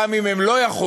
גם אם הן לא יחולו,